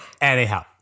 Anyhow